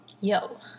Yo